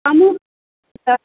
हमहुँ सर